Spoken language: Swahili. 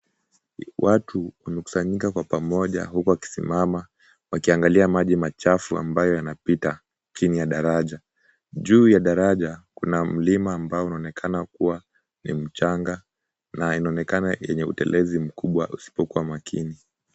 Watu wamekusanyika kwa pamoja huku wakisimama wakiangalia maji machafu ambayo yanapita chini ya daraja. Juu ya daraja kuna mlima ambao unaonekana kuwa ni mchanga na inaonekana yenye utelezi mkubwa usipokuwa makini.